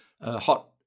hot